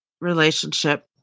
relationship